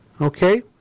Okay